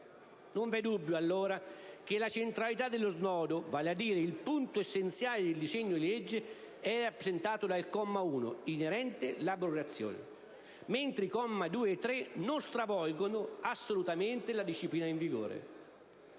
Non v'è dubbio, allora, che la centralità dello snodo, vale a dire il punto essenziale del disegno di legge, è rappresentato dal comma 1, inerente l'abrogazione, mentre i commi 2 e 3 non stravolgono assolutamente la disciplina in vigore.